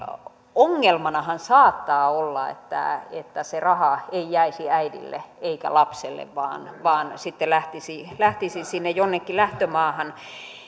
ongelmanahan saattaa olla että että se raha ei jäisi äidille eikä lapselle vaan vaan sitten lähtisi lähtisi sinne jonnekin lähtömaahan